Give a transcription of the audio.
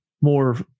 more